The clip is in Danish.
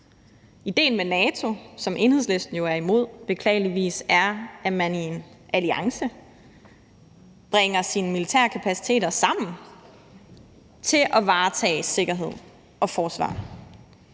Idéen med NATO – som Enhedslisten jo er imod, beklageligvis – er, at man i en alliance bringer sine militære kapaciteter sammen til at varetage sikkerhed og forsvar.